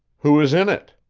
who is in it?